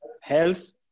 health